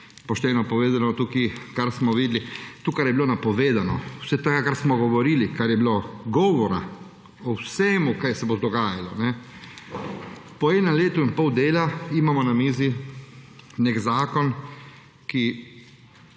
Pošteno povedano, tukaj kar smo videli … To, kar je bilo napovedano, vse to, kar smo govorili, kar je bilo govora o vsem, kaj se bo dogajalo, po enem letu in pol dela imamo na mizi nek zakon, za